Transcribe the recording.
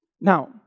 Now